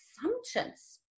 assumptions